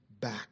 back